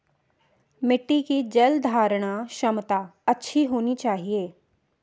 मिट्टी की जलधारण क्षमता अच्छी होनी चाहिए